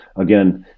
again